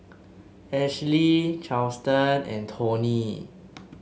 Esley Charlton and Tony